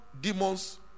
demons